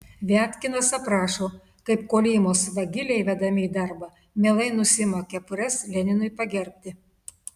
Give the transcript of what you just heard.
viatkinas aprašo kaip kolymos vagiliai vedami į darbą mielai nusiima kepures leninui pagerbti